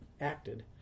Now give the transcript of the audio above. acted